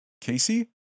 Casey